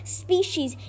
species